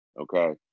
okay